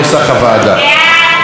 נא להצביע.